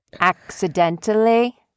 Accidentally